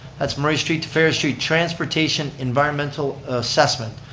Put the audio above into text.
that's murray street to ferry street, transportation environmental assessment.